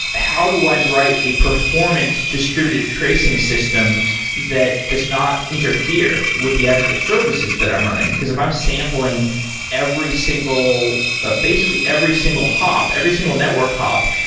how do i write a performant distributed tracing system that does not interfere with the actual services that i'm running? because if i'm sampling every single ah basically, every single hop, every single network hop,